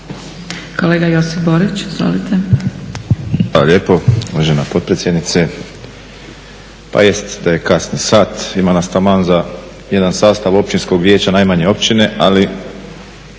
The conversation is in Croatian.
Kolega Josip Borić, izvolite.